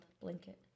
blanket